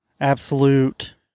absolute